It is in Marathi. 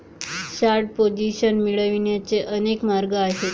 शॉर्ट पोझिशन मिळवण्याचे अनेक मार्ग आहेत